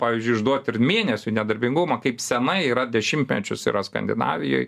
pavyzdžiui išduot ir mėnesiu nedarbingumą kaip senai yra dešimtmečius yra skandinavijoj